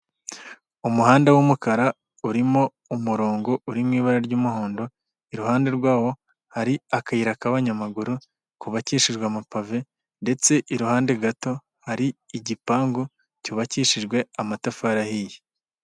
Umuhanda w'umukara urimo umurongo uri mu ibara ry'umuhondo, iruhande rwawo hari akayira k'abanyamaguru kubabakishijwe amapave ndetse iruhande gato hari igipangu cyubakishijwe amatafari ahiye.